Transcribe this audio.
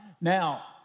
Now